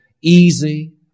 easy